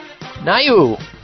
Nayu